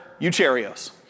Eucharios